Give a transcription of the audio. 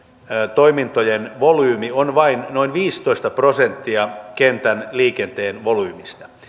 toimintojen volyymi on vain noin viisitoista prosenttia kentän liikenteen volyymistä